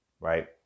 right